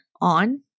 on